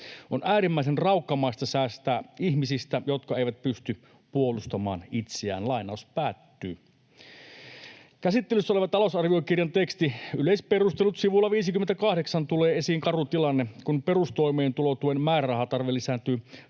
On äärimmäisen raukkamaista säästää ihmisistä, jotka eivät pysty puolustamaan itseään.” Käsittelyssä olevan talousarviokirjan tekstissä Yleisperustelut sivulla 58 tulee esiin karu tilanne, kun perustoimeentulotuen määrärahatarve lisääntyy